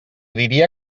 diria